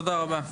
תודה רבה.